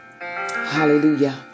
Hallelujah